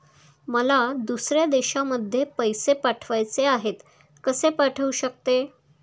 मला दुसऱ्या देशामध्ये पैसे पाठवायचे आहेत कसे पाठवू शकते?